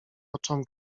oczom